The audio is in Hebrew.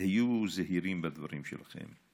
היו זהירים בדברים שלכם.